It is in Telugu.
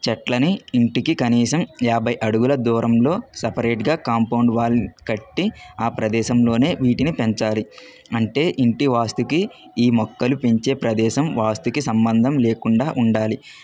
చెట్లని ఇంటికి కనీసం యాభై అడుగుల దూరంలో సపరేట్గా కాంపౌండ్ వాల్ని కట్టి ఆ ప్రదేశంలోనే వీటిని పెంచాలి అంటే ఇంటి వాస్తుకి ఈ మొక్కలు పెంచే ప్రదేశం వాస్తుకు సంబంధం లేకుండా ఉండాలి